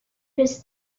his